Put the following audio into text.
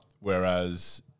whereas